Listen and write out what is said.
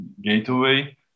gateway